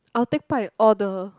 or take part in all the